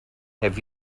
have